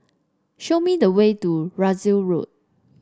show me the way to Russel Road